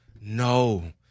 No